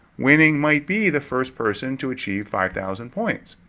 winning might be the first person to achieve five thousand points.